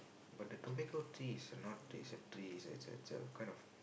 but the tobacco tree is not the exact tree it's the the kind of